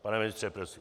Pane ministře, prosím.